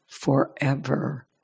forever